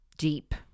deep